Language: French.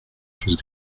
chose